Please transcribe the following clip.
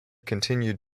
continued